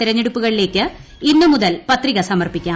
തെരഞ്ഞെടുപ്പുകളിലേക്ക് ഇന്ന് മുതൽ പത്രിക സമർപ്പിക്കാം